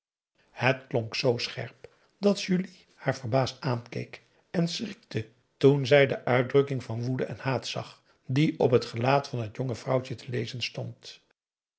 het klonk zoo scherp dat julie haar verbaasd aankeek en schrikte toen zij de uitdrukking van woede en haat zag die op het gelaat van t jonge vrouwtje te lezen stond